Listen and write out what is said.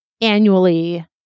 annually